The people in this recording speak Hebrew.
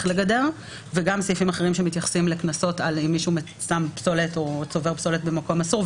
לגדר ויש סעיפים שמתייחסים לקנסות אם מישהו צובר פסולת במקום אסור.